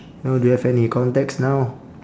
know do you have any contacts now